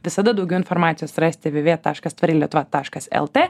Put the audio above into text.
visada daugiau informacijos rasite www taškas tvari lietuva taškas lt